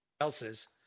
else's